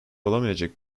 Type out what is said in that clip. olmayacak